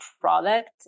product